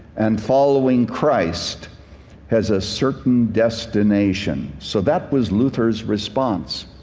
and following christ has a certain destination. so that was luther's response.